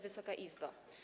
Wysoka Izbo!